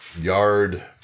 yard